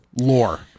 lore